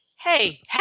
Hey